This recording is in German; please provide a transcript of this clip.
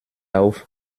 auf